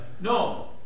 No